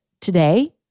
today